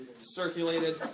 circulated